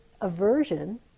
aversion